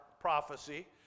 prophecy